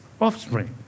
offspring